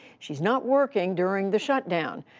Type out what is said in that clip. she's not working during the shutdown,